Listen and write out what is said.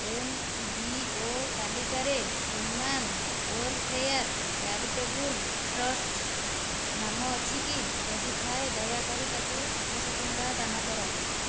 NGO ତାଲିକାରେ human welfare charitable trust ନାମ ଅଛିକି ଯଦି ଥାଏ ଦୟାକରି ତାକୁ ସାତଶହ ଟଙ୍କା ଦାନ କର